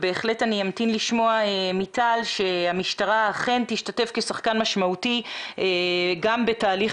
בהחלט אני אמתין לשמוע מטל שהמשטרה אכן תשתתף בשחקן משמעותי גם בתהליך